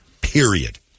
Period